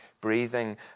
breathing